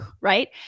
Right